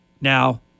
Now